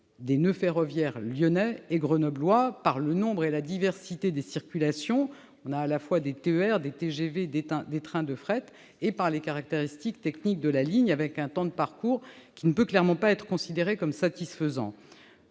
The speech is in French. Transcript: des noeuds ferroviaires lyonnais et grenoblois, par le nombre et la diversité des circulations- TER, TGV, trains de fret -, et par les caractéristiques techniques de la ligne, avec un temps de parcours qui ne peut clairement pas être considéré comme satisfaisant.